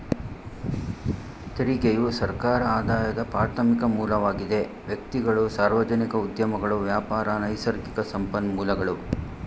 ತೆರಿಗೆಯು ಸರ್ಕಾರ ಆದಾಯದ ಪ್ರಾರ್ಥಮಿಕ ಮೂಲವಾಗಿದೆ ವ್ಯಕ್ತಿಗಳು, ಸಾರ್ವಜನಿಕ ಉದ್ಯಮಗಳು ವ್ಯಾಪಾರ, ನೈಸರ್ಗಿಕ ಸಂಪನ್ಮೂಲಗಳು